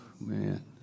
Man